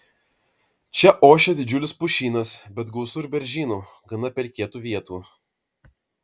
čia ošia didžiulis pušynas bet gausu ir beržynų gana pelkėtų vietų